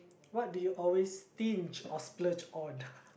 what do you always stinge or splurge on